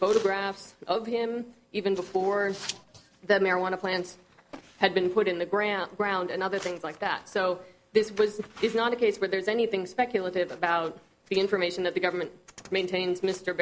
photographs of him even before the marijuana plants had been put in the ground ground and other things like that so this was is not a case where there's anything speculative about the information that the government maintains m